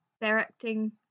directing